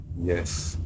Yes